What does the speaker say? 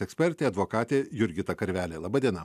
ekspertė advokatė jurgita karvelė laba diena